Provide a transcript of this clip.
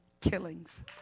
Killings